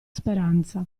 speranza